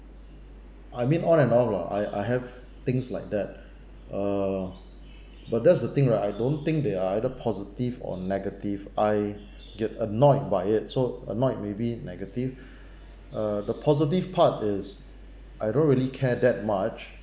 I mean on and off lah I I have things like that uh but that's the thing lah I don't think they are either positive or negative I get annoyed by it so annoyed maybe negative uh the positive part is I don't really care that much